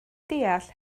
deall